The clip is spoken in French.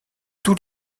tous